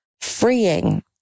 freeing